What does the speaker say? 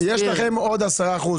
יש לכם עוד 10%?